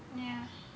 ya